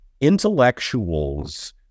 intellectuals